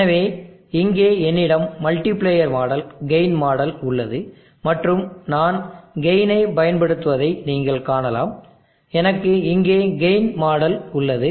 எனவே இங்கே என்னிடம் மல்டிபிளேயர் மாடல் கெயின் மாடல் உள்ளது மற்றும் நான் கெயினை பயன்படுத்துவதை நீங்கள் காணலாம் எனக்கு இங்கே கெயின் மாடல் உள்ளது